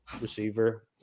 receiver